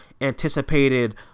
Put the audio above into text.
anticipated